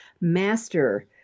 master